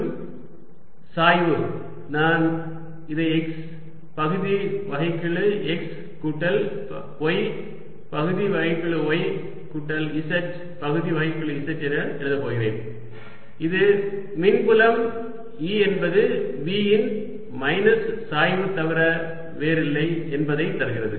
மற்றும் சாய்வு நான் இதை x பகுதி வகைக்கெழு x கூட்டல் y பகுதி வகைக்கெழு y கூட்டல் z பகுதி வகைக்கெழு z என எழுதப் போகிறேன் இது மின்புலம் E என்பது V இன் மைனஸ் சாய்வு தவிர வேறில்லை என்பதை தருகிறது